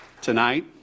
tonight